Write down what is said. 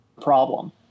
problem